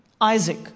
Isaac